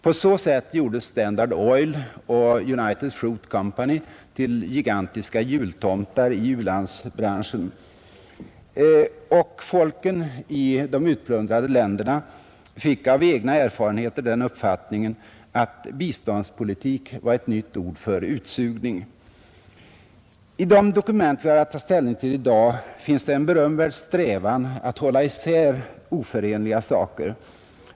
På så sätt gjordes Standard Oil och United Fruit Company till gigantiska jultomtar i u-landsbranschen, och folken i de utplundrade länderna fick av egna erfarenheter den uppfattningen att biståndspolitik var ett nytt ord för utsugning. I de dokument vi har att ta ställning till i dag finns det en berömvärd strävan att hålla isär oförenliga saker.